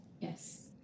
Yes